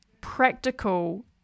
practical